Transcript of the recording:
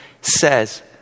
says